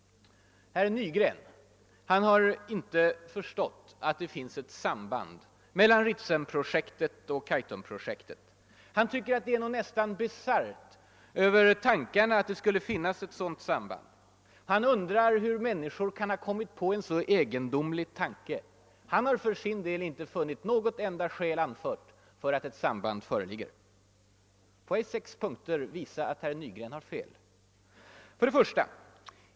Herr Nygren har inte förstått att det finns ett samband mellan Ritsemprojektet och Kaitumprojektet. Han tycker att det är något nästan bisarrt över tanken att det skulle finnas ett sådant samband. Han undrar hur människor kan ha kommit på en så egendomlig idé. Han har för sin del inte funnit något enda skäl för att ett samband föreligger. Får jag i sex punkter visa att herr Nygren har fel. 1.